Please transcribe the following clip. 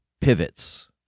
pivots